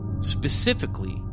Specifically